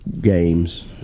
Games